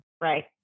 Right